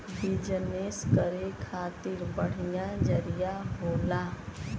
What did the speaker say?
business करे खातिर बढ़िया जरिया होला